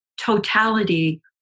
totality